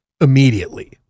immediately